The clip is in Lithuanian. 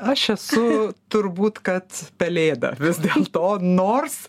aš esu turbūt kad pelėda vis dėlto nors